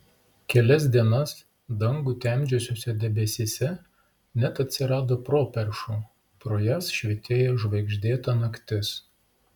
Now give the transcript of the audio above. kelias dienas dangų temdžiusiuose debesyse net atsirado properšų pro jas švytėjo žvaigždėta naktis